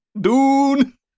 Dune